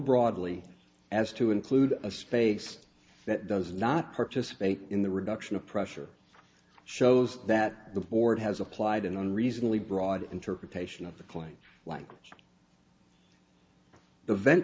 broadly as to include a space that does not participate in the reduction of pressure shows that the board has applied an unreasonably broad interpretation of the clay like the vent